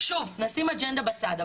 שוב נשים אג'נדה בצד,